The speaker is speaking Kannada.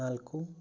ನಾಲ್ಕು